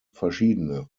verschiedene